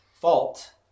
fault